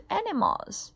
animals. (